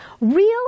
real